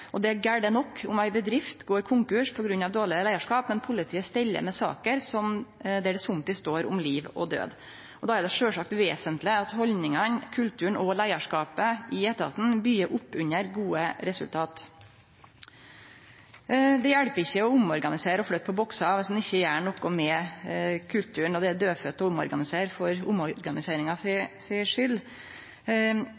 Det er gale nok om ei bedrift går konkurs på grunn av dårleg leiarskap, men politiet steller med saker der det somtid står om liv og død. Då er det sjølvsagt vesentleg at haldningane, kulturen og leiarskapet i etaten byggjer opp under gode resultat. Det hjelper ikkje å omorganisere og flytte på boksar dersom ein ikkje gjer noko med kulturen, og det er dødfødt å omorganisere for omorganiseringa